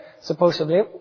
supposedly